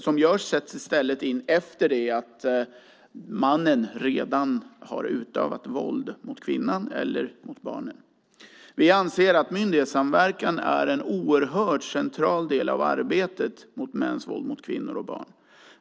som görs sätts i stället in efter det att mannen redan har utövat våld mot kvinnan eller mot barnet. Vi anser att myndighetssamverkan är en oerhört central del av arbetet med mäns våld mot kvinnor och barn.